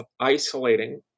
isolating